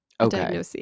Okay